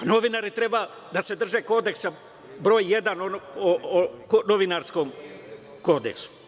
Novinari treba da se drže Kodeksa br.1 o Novinarskom kodeksu.